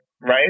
right